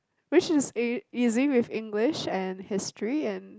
which is e~ easy with English and History and